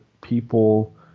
people